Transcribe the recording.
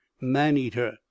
man-eater